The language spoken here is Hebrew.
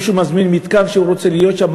מישהו מזמין מתקן שהוא רוצה להיות שם.